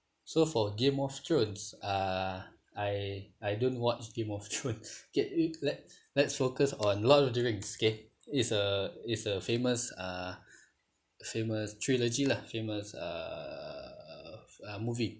so for game of thrones uh I I don't watch game of thrones can we let let's focus on lord of the rings okay it's a it's a famous uh famous trilogy lah famous uh movie